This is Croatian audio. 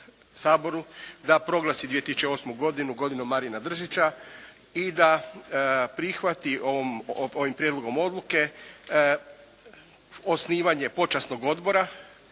da proglasi 2008. godinu godinom "Marina Držića" i da prihvati ovim prijedlogom odluke osnivanje počasnog odbora